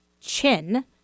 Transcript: chin